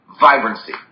vibrancy